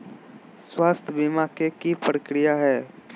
स्वास्थ बीमा के की प्रक्रिया है?